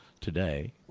today